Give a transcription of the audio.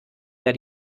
der